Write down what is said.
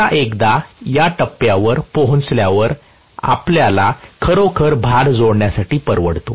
आता एकदा या टप्प्यावर पोहोचल्यावर आपल्याला खरोखरच भार जोडण्यासाठी परवडतो